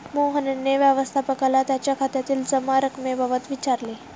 मोहनने व्यवस्थापकाला त्याच्या खात्यातील जमा रक्कमेबाबत विचारले